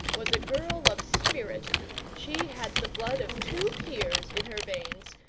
was a girl of spirit she had the blood of two peers in her veins,